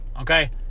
Okay